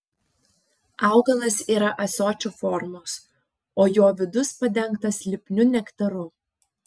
augalas yra ąsočio formos o jo vidus padengtas lipniu nektaru